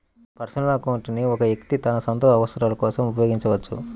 personal account ని ఒక వ్యక్తి తన సొంత అవసరాల కోసం ఉపయోగించుకోవచ్చు